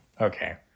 okay